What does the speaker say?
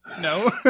no